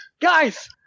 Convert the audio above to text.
guys